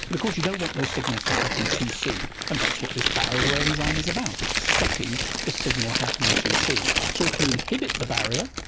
course you don't want those signals to happen too soon and that's what this barrier enzyme is about. it's stopping the signal happening too soon. so if you inhibit the barrier,